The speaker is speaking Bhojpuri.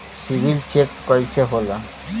सिबिल चेक कइसे होला?